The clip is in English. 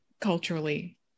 culturally